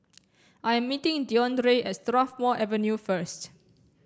I'm meeting Deondre at Strathmore Avenue first